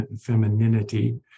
femininity